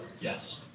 Yes